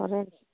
ꯍꯣꯔꯦꯟ